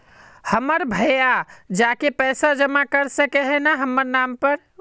हमर भैया जाके पैसा जमा कर सके है न हमर नाम पर?